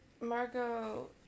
Margot